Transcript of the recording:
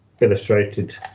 illustrated